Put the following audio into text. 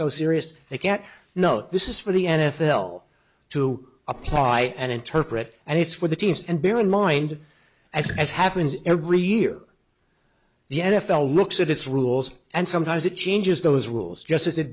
so serious they get no this is for the n f l to apply and interpret and it's for the teams and bear in mind as as happens every year the n f l looks at its rules and sometimes it changes those rules just as it